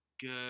Good